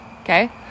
Okay